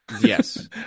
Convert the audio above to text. Yes